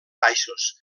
baixos